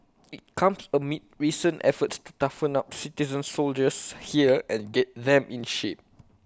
IT comes amid recent efforts to toughen up citizen soldiers here and get them in shape